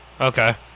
Okay